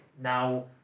Now